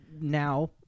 now